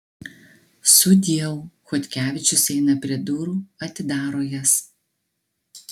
sudieu chodkevičius eina prie durų atidaro jas